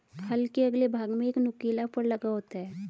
हल के अगले भाग में एक नुकीला फर लगा होता है